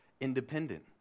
independent